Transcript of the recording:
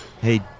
Hey